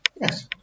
Yes